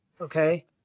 okay